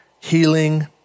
healing